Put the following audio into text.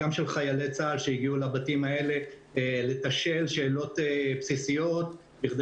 גם של חיילי צה"ל שהגיעו לבתים האלה לתשאל שאלות בסיסיות בכדי